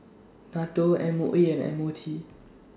NATO M O E and M O T